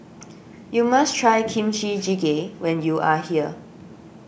you must try Kimchi Jjigae when you are here